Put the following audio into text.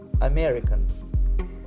American